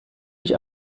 mich